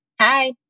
Hi